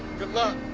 good luck.